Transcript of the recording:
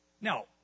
Now